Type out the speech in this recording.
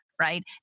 right